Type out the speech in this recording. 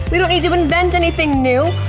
we don't need to invent anything new!